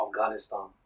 Afghanistan